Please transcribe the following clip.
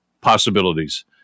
possibilities